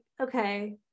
okay